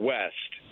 West